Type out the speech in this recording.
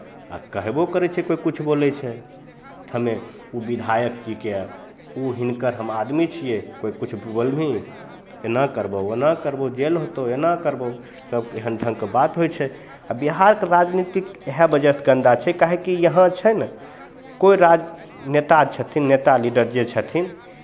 आ कहबो करै छै कोइ किछु बोलै छै तऽ हमे ओ विधायक जीके ओ हिनकर हम आदमी छियै कोइ किछु बोलबिही एना करबहु ओना करबहु जेल होतौ एना करबहु सभके एहन ढङ्गके बात होइ छै आ बिहार तऽ राजनीतिक इएह वजहसँ गन्दा छै काहेकि यहाँ छै ने कोइ राजनेता छथिन नेता लीडर जे छथिन